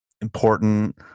important